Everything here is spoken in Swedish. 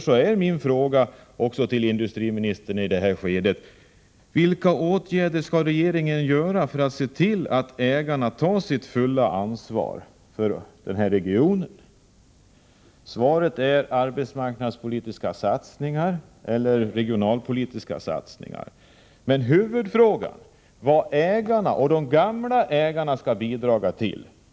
Min fråga till industriministern var därför: Vilka åtgärder kommer regeringen att vidta för att se till att ägarna tar sitt fulla ansvar för den här regionen? I svaret talas om arbetsmarknadspolitiska satsningar och regionalpolitiska satsningar. Men huvudfrågan är vad de nuvarande och de tidigare ägarna skall bidra med.